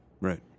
Right